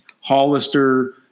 Hollister